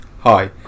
Hi